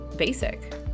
basic